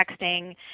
texting